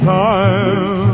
time